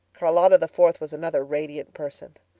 charlotta the fourth was another radiant person.